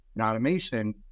automation